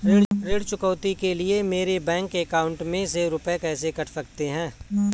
ऋण चुकौती के लिए मेरे बैंक अकाउंट में से रुपए कैसे कट सकते हैं?